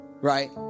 right